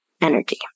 energy